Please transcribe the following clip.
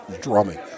drumming